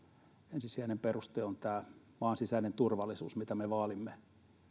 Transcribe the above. ensisijainen peruste on tämä maan sisäinen turvallisuus mitä me vaalimme